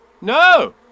No